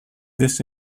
this